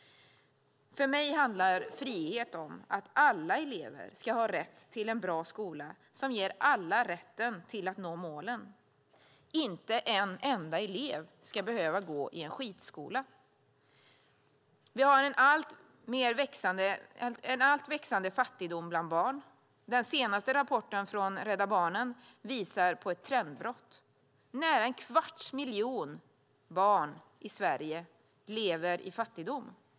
För mig handlar frihet om att alla elever ska ha rätt till en bra skola som ger alla rätten att nå målen. Inte en enda elev ska behöva gå i en skitskola. Vi har en alltmer växande fattigdom bland barn. Den senaste rapporten från Rädda Barnen visar på ett trendbrott. Nära en kvarts miljon barn i Sverige lever i fattigdom.